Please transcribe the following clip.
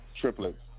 Triplets